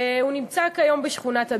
והוא נמצא כיום בשכונת הדר.